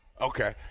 Okay